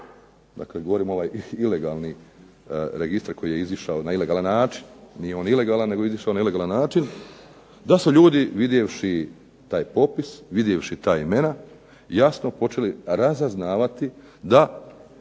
dakle govorim o ovom ilegalnom registru koji je izašao na ilegalan način. Nije on ilegalan nego je izašao na ilegalan način, da su ljudi vidjevši taj popis, vidjevši ta imena jasno počeli razaznavati da